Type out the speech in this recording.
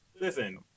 listen